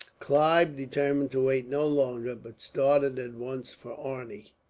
clive determined to wait no longer, but started at once for arni.